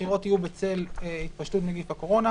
הבחירות יהיו בצל התפשטות נגיף הקורונה,